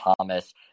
Thomas